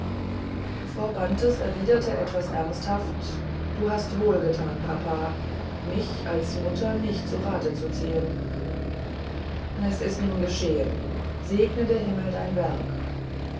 frau bantes erwiderte etwas ernsthaft du hast wohlgetan papa mich als mutter nicht zu rate zu ziehen es ist nun geschehen segne der himmel dein werk